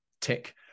tick